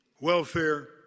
Welfare